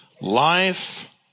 Life